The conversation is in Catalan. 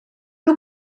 que